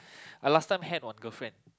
I last time had one girlfriend